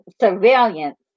surveillance